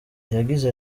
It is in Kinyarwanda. yagize